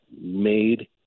made